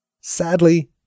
Sadly